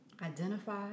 Identify